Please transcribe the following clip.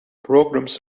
programs